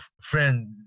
friend